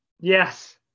Yes